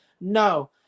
no